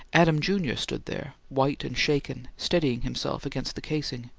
adam, jr, stood there, white and shaken, steadying himself against the casing.